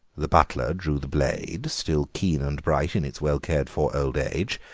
the butler drew the blade, still keen and bright in its well-cared for old age,